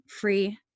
free